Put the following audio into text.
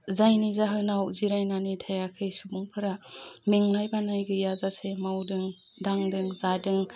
जायनि जाहोनाव जिरायनानै थायाखै सुबुंफोरा मेंनाय बानाय गैयाजासे मावदों दांदों जादों